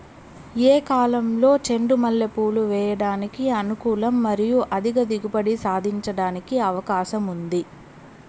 ఏ కాలంలో చెండు మల్లె పూలు వేయడానికి అనుకూలం మరియు అధిక దిగుబడి సాధించడానికి అవకాశం ఉంది?